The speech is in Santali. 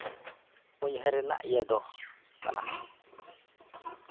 ᱩᱭᱦᱟᱹᱨ ᱨᱮᱱᱟᱜ ᱤᱭᱟᱹ ᱫᱚ ᱠᱟᱱᱟ